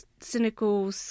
cynical